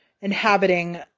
inhabiting